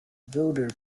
builder